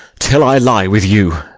till i lie with you.